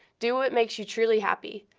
do what makes you truly happy.